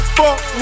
fuck